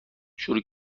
شروع